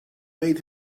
made